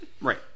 right